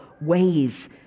ways